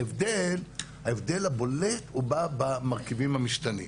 ההבדל הבולט הוא במרכיבים המשתנים.